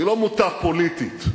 היא לא מוטה פוליטית,